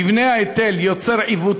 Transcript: בשם חבר הכנסת דוד אמסלם, יושב-ראש